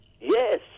Yes